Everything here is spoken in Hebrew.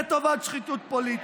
לטובת שחיתות פוליטית.